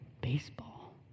baseball